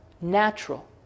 natural